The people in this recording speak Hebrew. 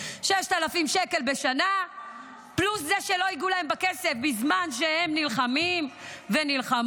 6,000 שקל בשנה פלוס זה שלא ייגעו להם בכסף בזמן שהם נלחמים ונלחמות.